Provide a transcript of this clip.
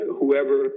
whoever